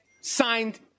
signed